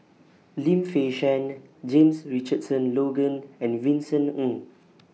Lim Fei Shen James Richardson Logan and Vincent Ng